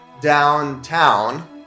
downtown